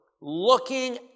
looking